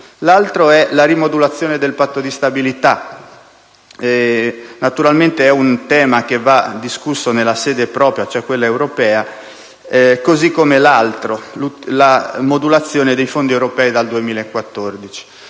L'altra è la rimodulazione del Patto di stabilità. Si tratta di un tema che va discusso nella sede propria, cioè quella europea, così come anche quello della modulazione dei fondi europei dal 2014.